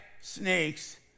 snakes